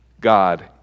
God